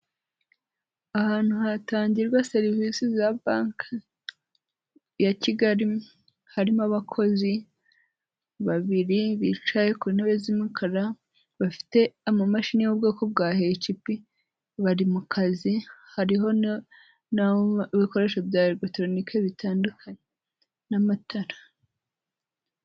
Ahantu hatangirwa serivisi za banke ya Kigali harimo abakozi babiri bicaye ku ntebe z'umukara bafite amamashini y'ubwoko bwa HP bari mu kazi, hariho n'aho ibikoresho bya eregitoronike bitandukanye n'amatara.